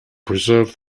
preserve